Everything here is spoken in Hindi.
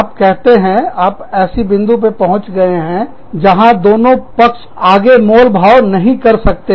आप कहते हैं आप ऐसे बिंदु पर पहुंच गए हैं जहां दोनों पक्ष आगे मोलभाव नहीं कर सकते